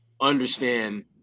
understand